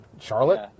Charlotte